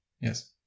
Yes